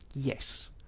Yes